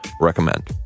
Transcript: recommend